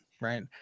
Right